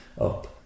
up